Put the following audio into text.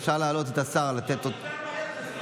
אפשר להעלות את השר לפי התוצאה,